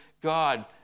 God